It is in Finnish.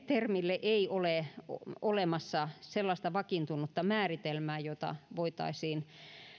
termille ei ole olemassa sellaista vakiintunutta määritelmää jota voitaisiin